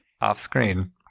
off-screen